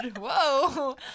whoa